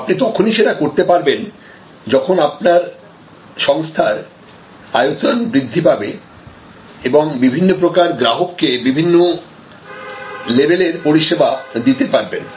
আপনি তখনই সেটা করতে পারবেন যখন আপনার সংস্থার আয়তন বৃদ্ধি পাবে এবং বিভিন্ন প্রকার গ্রাহককে বিভিন্ন লেভেলের পরিষেবা দিতে পারবেন